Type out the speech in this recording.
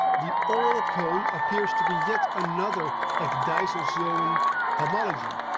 the oral cone appears to be yet another ecdysozoan homology.